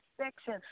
section